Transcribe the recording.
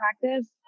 practice